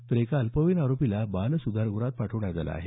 तर एका अल्पवयीन आरोपीला बाल सुधारगुहात पाठवण्यात आलं आहे